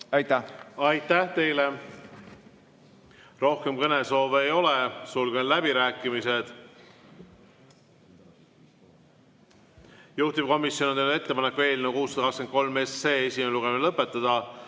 teile! Aitäh teile! Rohkem kõnesoove ei ole, sulgen läbirääkimised. Juhtivkomisjon on teinud ettepaneku eelnõu 623 esimese lugemise lõpetada.